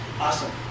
Awesome